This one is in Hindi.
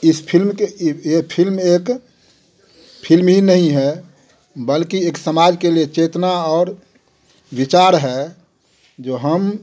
इस फिल्म के ये फिल्म एक फिल्म ही नहीं हैं बल्कि एक समाज के लिए चेतना और विचार है जो हम